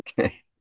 Okay